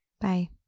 Bye